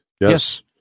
Yes